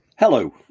Hello